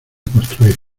construir